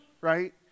right